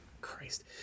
Christ